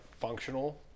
functional